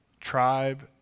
tribe